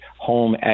home